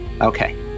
Okay